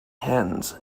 hens